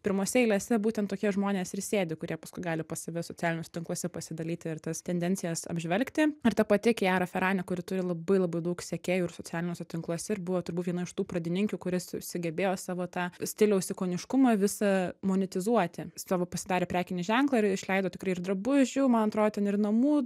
pirmose eilėse būtent tokie žmonės ir sėdi kurie paskui gali pas save socialiniuos tinkluose pasidalyti ir tas tendencijas apžvelgti ir ta pati kiara ferani kuri turi labai labai daug sekėjų ir socialiniuose tinkluose ir buvo turbūt viena iš tų pradininkių kuri s sugebėjo savo tą stiliaus ikoniškumą visą monetizuoti savo pasidarė prekinį ženklą ir išleido tikrai ir drabužių man atro ten ir namų